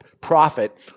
profit